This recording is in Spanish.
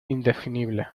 indefinible